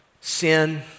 sin